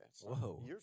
Whoa